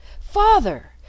father